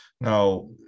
now